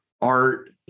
art